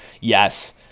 Yes